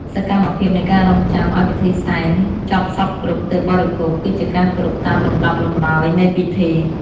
សកម្មភាពនៃការរង់ចាំឱ្យពិធីសែនចប់សព្វគ្រប់ទើបបរិភោគ គឺជាការគោរពតាមលំដាប់លំដោយនៃពិធី។